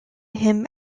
him